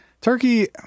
Turkey